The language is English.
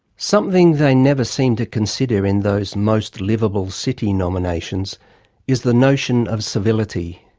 something they never seem to consider in those most liveable city' nominations is the notion of civility.